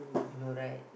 you know right